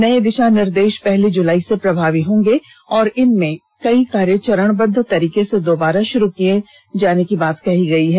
नए दिशा निर्देश पहली जुलाई से प्रभावी होंगे और इनमें कई कार्य चरणबद्व तरीके से दोबारा शुरु करने की बात कही गई है